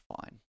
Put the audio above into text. fine